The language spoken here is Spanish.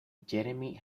jeremy